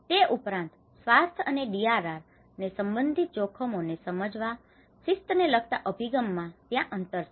તે ઉપરાંત સ્વાસ્થ્ય અને ડીઆરઆર ને સંબંધિત જોખમો ને સમજવા માં શિસ્ત ને લગતા અભિગમ માં ત્યાં અંતર છે